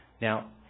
Now